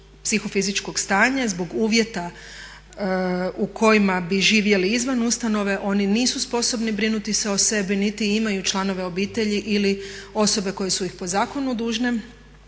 psihofizičkog stanja, zbog uvjeta u kojima bi živjeli izvan ustanove oni nisu sposobni brinuti se o sebi niti imaju članove obitelji ili osobe koje su se po zakonu dužne